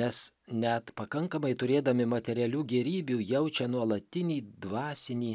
nes net pakankamai turėdami materialių gėrybių jaučia nuolatinį dvasinį